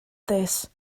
this